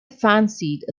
fancied